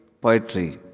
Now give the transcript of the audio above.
poetry